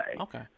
Okay